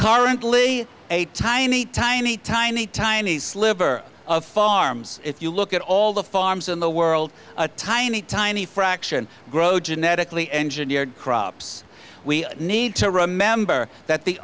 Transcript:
currently a tiny tiny tiny tiny sliver of farms if you look at all the farms in the world a tiny tiny fraction grow genetically engineered crops we need to remember that the